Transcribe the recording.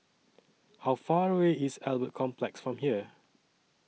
How Far away IS Albert Complex from here